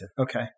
Okay